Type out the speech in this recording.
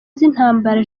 z’intambara